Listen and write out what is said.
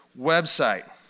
website